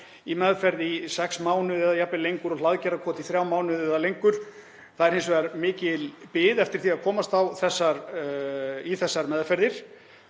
í meðferð í sex mánuði eða jafnvel lengur og Hlaðgerðarkot í þrjá mánuði eða lengur. Það er hins vegar mikil bið eftir því að komast í þessar meðferðir.